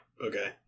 Okay